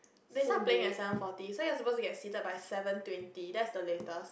they start playing at seven forty so you are supposed to get seated by seven twenty that's the latest